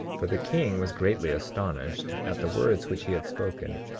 for the king was greatly astonished at the words which he had spoken,